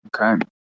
Okay